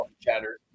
chatter